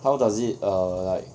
how does it err like